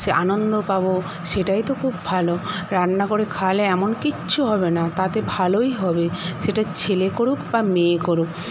সে আনন্দ পাবো সেটাই তো খুব ভালো রান্না করে খাওয়ালে এমন কিচ্ছু হবে না তাতে ভালোই হবে সেটা ছেলে করুক বা মেয়ে করুক